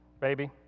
Baby